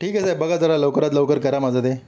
ठीक आहे सर बघा जरा लवकरात लवकर करा माझं ते